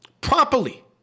properly